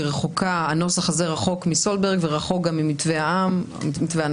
הנוסח הזה רחוק מסולברג ורחוק גם ממתווה הנשיא.